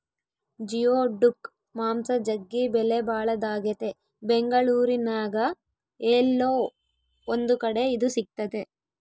geoduck ಮಾಂಸ ಜಗ್ಗಿ ಬೆಲೆಬಾಳದಾಗೆತೆ ಬೆಂಗಳೂರಿನ್ಯಾಗ ಏಲ್ಲೊ ಒಂದು ಕಡೆ ಇದು ಸಿಕ್ತತೆ